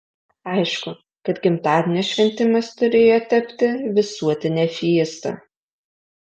aišku kad gimtadienio šventimas turėjo tapti visuotine fiesta